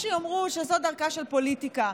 יש שיאמרו שזו דרכה של פוליטיקה: